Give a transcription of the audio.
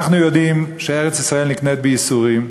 אנחנו יודעים שארץ-ישראל נקנית בייסורים.